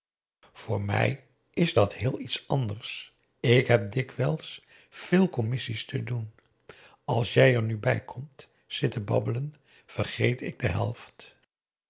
voor mij is dat heel iets anders ik heb dikwijls veel commissie's te doen als jij er nu bij komt zitten babbelen vergeet ik de helft